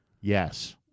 Yes